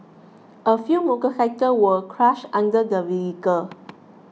a few motorcycle were crushed under the vehicle